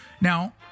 Now